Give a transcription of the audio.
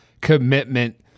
commitment